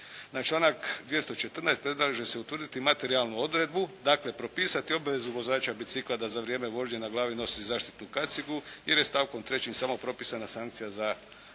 Na članak 214. predlaže se utvrditi materijalnu odredbu, dakle propisati obavezu vozača bicikla da za vrijeme vožnje na glavi nosi zaštitnu kacigu jer je stavkom 3. samo propisana sankcija za